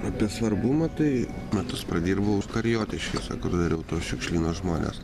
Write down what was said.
apie svarbumą tai metus pradirbau kariotiškėse kur dariau tuos šiukšlyno žmones